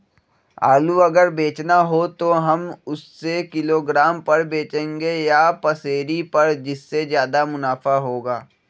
आलू अगर बेचना हो तो हम उससे किलोग्राम पर बचेंगे या पसेरी पर जिससे ज्यादा मुनाफा होगा?